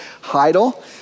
Heidel